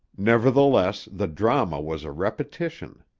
nevertheless, the drama was a repetition.